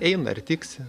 eina ir tiksi